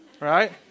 right